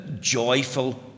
joyful